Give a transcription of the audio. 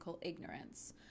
ignorance